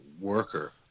worker